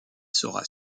sera